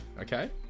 Okay